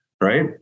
right